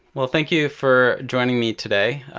well, thank you for joining me today.